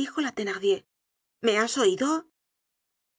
dijola thenardier me has oido